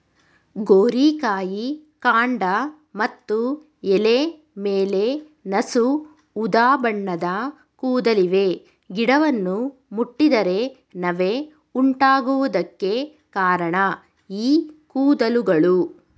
ಗೋರಿಕಾಯಿ ಕಾಂಡ ಮತ್ತು ಎಲೆ ಮೇಲೆ ನಸು ಉದಾಬಣ್ಣದ ಕೂದಲಿವೆ ಗಿಡವನ್ನು ಮುಟ್ಟಿದರೆ ನವೆ ಉಂಟಾಗುವುದಕ್ಕೆ ಕಾರಣ ಈ ಕೂದಲುಗಳು